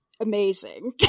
amazing